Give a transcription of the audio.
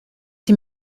sie